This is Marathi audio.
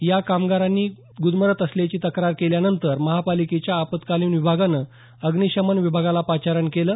या कामगारांनी गुदमरत असल्याची तक्रार केल्यानंतर महापालिकेच्या आपतकालीन विभागानं अग्निशमन विभागाला पाचारण केलं